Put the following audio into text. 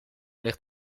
ligt